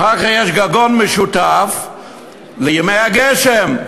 אחר כך יש גגון משותף לימי הגשם,